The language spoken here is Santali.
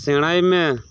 ᱥᱮᱬᱟᱭ ᱢᱮ